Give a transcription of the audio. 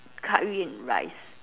Curry and rice